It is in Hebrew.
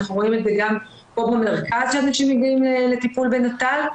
אנחנו רואים את זה גם פה במרכז שאנשים מגיעים לטיפול בנט"ל,